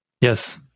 Yes